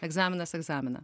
egzaminas egzaminą